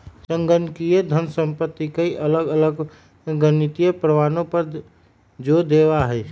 संगणकीय धन संपत्ति कई अलग अलग गणितीय प्रमाणों पर जो देवा हई